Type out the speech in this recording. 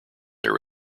their